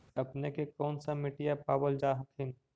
अपने के कौन सा मिट्टीया पाबल जा हखिन?